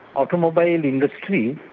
automobile industry.